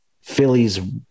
Phillies